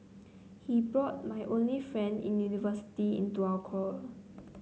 he brought my only friend in university into our quarrel